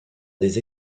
des